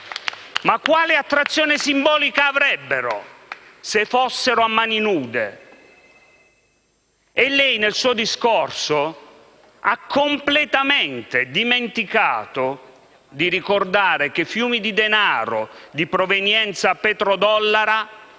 Ma quale attrazione simbolica avrebbero se fossero a mani nude? Lei nel suo discorso ha completamente dimenticato di ricordare che fiumi di denaro di provenienza "petrodollara"